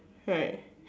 right